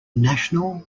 national